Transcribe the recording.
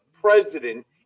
president